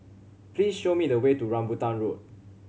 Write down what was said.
please show me the way to Rambutan Road